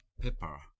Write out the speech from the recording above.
pepper